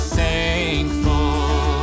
thankful